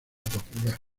popular